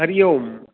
हरिः ओम्